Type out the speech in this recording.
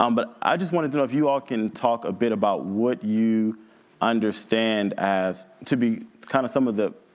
um but i just wanted to know if you all can talk a bit about what you understand as, to be kind of some of the